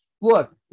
look